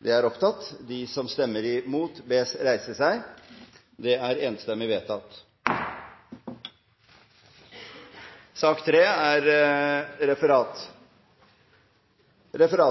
Referatet